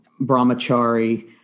brahmachari